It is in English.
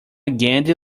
gandhi